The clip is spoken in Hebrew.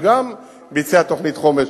שגם ביצע תוכנית חומש.